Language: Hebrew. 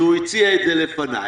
שהוא הציע לפניי,